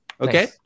Okay